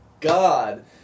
God